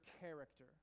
character